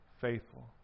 faithful